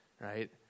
right